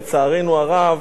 לצערנו הרב,